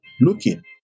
looking